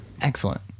Excellent